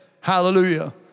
Hallelujah